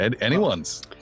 anyone's